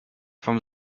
from